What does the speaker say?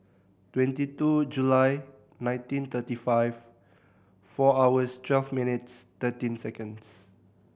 twenty two July nineteen thirty five four hours twelve minutes thirteen seconds